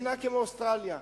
מדינה כמו אוסטרליה,